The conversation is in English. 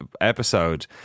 episode